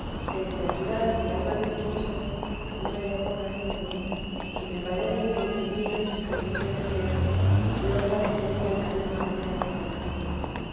de natural y alma virtuosos no me dejó casi ninguno y me parece me imprimía sus condiciones ella y otra que tenía la misma manera de